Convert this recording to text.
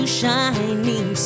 shining